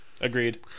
Agreed